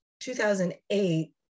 2008